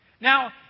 Now